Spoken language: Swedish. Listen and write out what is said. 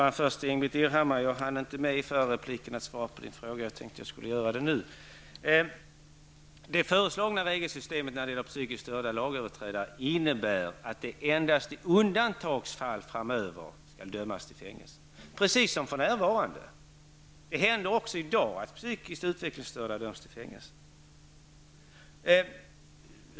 Herr talman! Jag hann inte med att besvara Ingbritt Irhammars fråga i den förra repliken, och jag tänkte att jag skulle göra det nu. Det föreslagna regelsystemet när det gäller psykiskt störda lagöverträdare innebär att de framöver endast i undantagsfall skall dömas till fängelse, precis som det är för närvarande. Det händer också i dag att psykiskt utvecklingsstörda döms till fängelse.